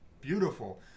beautiful